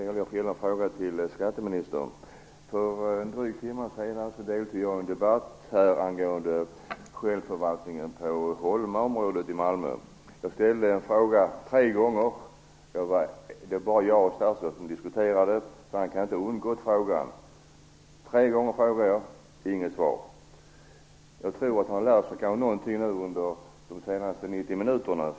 Fru talman! Jag har en fråga till skatteministern. För en dryg timme sedan hade statsrådet och jag här en debatt angående självförvaltningen av Holmaområdet i Malmö. Jag ställde samma fråga tre gånger, och det var bara jag och statsrådet som debatterade så han kan inte ha undgått frågan. Men jag fick inget svar. Kanske att statsrådet har lärt sig mera under de senaste 90 minuterna.